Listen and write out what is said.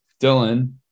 Dylan